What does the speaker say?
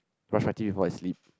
brush my teeth before I sleep